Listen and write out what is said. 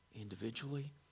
Individually